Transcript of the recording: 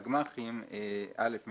הורדתי חלק גדול מהגמ"חים עם